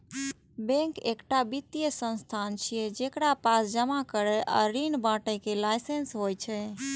bank एकटा वित्तीय संस्थान छियै, जेकरा पास जमा करै आ ऋण बांटय के लाइसेंस होइ छै